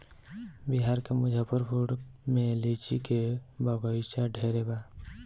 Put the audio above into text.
बिहार के मुजफ्फरपुर में लीची के बगइचा ढेरे बा